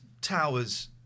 Towers